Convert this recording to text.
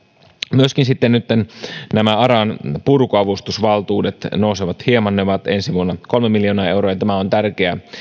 myöskin nytten aran purkuavustusvaltuudet nousevat hieman ne ovat ensi vuonna kolme miljoonaa euroa tämä on tärkeä